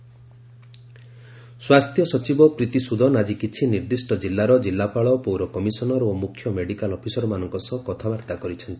health secretary meeting ସ୍ୱାସ୍ଥ୍ୟ ସଚିବ ପ୍ରୀତି ସୁଦନ ଆଜି କିଛି ନିର୍ଦ୍ଦିଷ୍ଟ ଜିଲ୍ଲାର ଜିଲ୍ଲାପାଳ ପୌର କମିଶନର ଓ ମୁଖ୍ୟ ମେଡିକାଲ୍ ଅଫିସରମାନଙ୍କ ସହ କଥାବାର୍ତ୍ତା କରିଛନ୍ତି